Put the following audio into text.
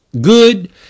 good